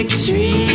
Sweet